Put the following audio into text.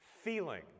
feeling